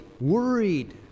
worried